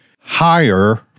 higher